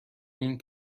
این